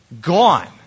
gone